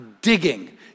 digging